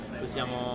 possiamo